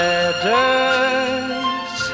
Letters